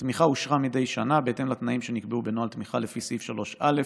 התמיכה אושרה מדי שנה בהתאם לתנאים שנקבעו בנוהל תמיכה לפי סעיף 3א,